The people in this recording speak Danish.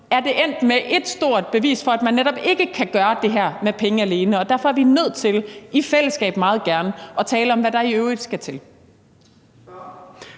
endte det med et stort bevis på, at man netop ikke kan gøre det her med penge alene. Og derfor er vi nødt til – meget gerne i fællesskab – at tale om, hvad der i øvrigt skal til.